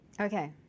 Okay